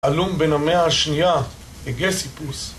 הלום בין המאה השנייה הגסיפוס